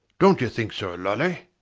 dont you think so, lolly?